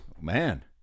man